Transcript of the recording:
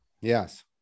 Yes